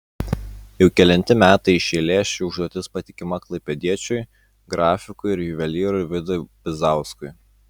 jau kelinti metai iš eilės ši užduotis patikima klaipėdiečiui grafikui ir juvelyrui vidui bizauskui